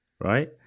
right